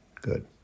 good